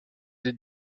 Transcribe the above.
des